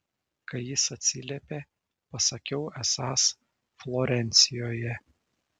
kai jis atsiliepė pasakiau esąs florencijoje